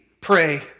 pray